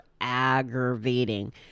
aggravating